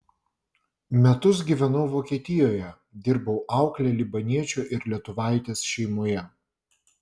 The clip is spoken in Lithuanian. metus gyvenau vokietijoje dirbau aukle libaniečio ir lietuvaitės šeimoje